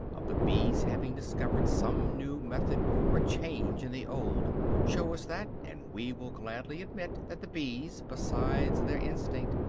of the bees having discovered some new method or change in the old show us that, and we will gladly admit that the bees, besides their instinct,